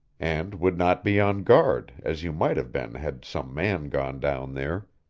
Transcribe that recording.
and would not be on guard, as you might have been, had some man gone down there.